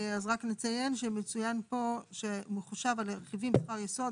אז רק נציין שמצוין פה שמחושב על רכיבים שכר יסוד,